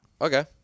Okay